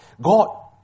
God